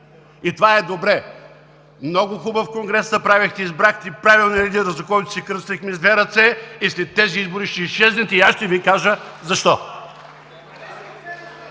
Това е добре. Много хубав конгрес направихте – избрахте правилния лидер, за който се кръстихме с две ръце, и след тези избори ще изчезнете, и аз ще Ви кажа защо.